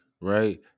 right